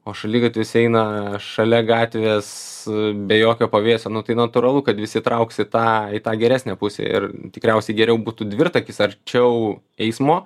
o šaligatvis eina šalia gatvės be jokio pavėsio nu tai natūralu kad visi trauks į tą į tą geresnę pusę ir tikriausiai geriau būtų dvirtakis arčiau eismo